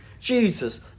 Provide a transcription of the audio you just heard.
Jesus